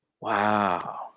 wow